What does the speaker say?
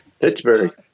Pittsburgh